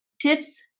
tips